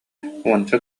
уонча